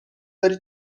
داری